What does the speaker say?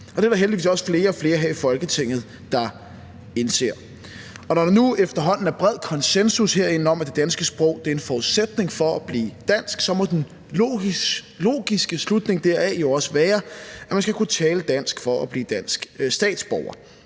Det er der heldigvis også flere og flere her i Folketinget der indser. Når der nu efterhånden er bred konsensus herinde om, at det danske sprog er en forudsætning for at blive dansk, så må den logiske slutning deraf jo også være, at man skal kunne tale dansk for at blive dansk statsborger.